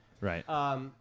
Right